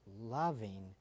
loving